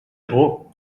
por